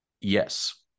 Yes